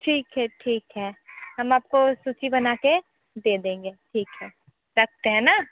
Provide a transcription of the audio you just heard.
ठीक है ठीक है हम आप को सूची बना कर दे देंगे ठीक है रखते हैं ना